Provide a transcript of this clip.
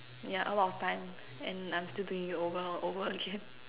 yeah a lot of time and I'm still doing it over and over again